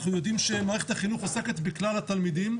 אנחנו יודעים שמערכת החינוך עוסקת בכלל התלמידים,